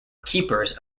keepers